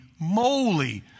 moly